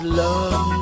love